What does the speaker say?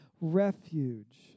refuge